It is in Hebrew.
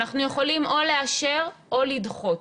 אנחנו יכולים או לאשר או לדחות.